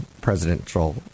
presidential